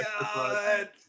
God